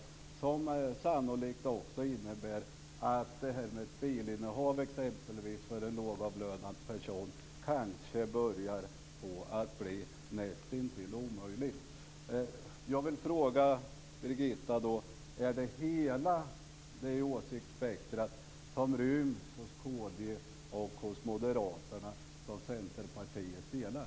Dessa innebär sannolikt också att ett bilinnehav för en lågavlönad person börjar bli nästintill omöjligt. Jag vill fråga Birgitta: Är det hela det åsiktsspektrumet hos kd och Moderaterna som Centerpartiet delar?